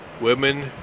women